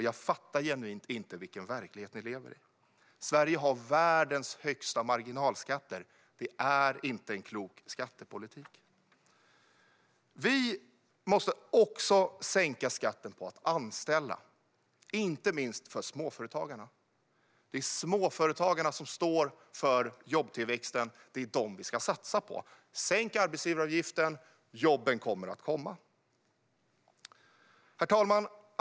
Jag fattar genuint inte vilken verklighet ni lever i. Sverige har världens högsta marginalskatter. Det är inte en klok skattepolitik. Vi måste också sänka skatten på att anställa, inte minst för småföretagarna. Det är småföretagarna som står för jobbtillväxten, och det är dem vi ska satsa på. Sänk arbetsgivaravgiften - då kommer jobben! Herr talman!